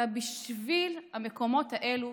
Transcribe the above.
אלא בשביל המקומות האלה,